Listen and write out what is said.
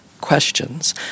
questions